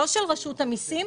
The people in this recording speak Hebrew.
לא של רשות המיסים,